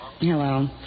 Hello